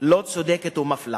לא צודקת ומפלה.